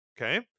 Okay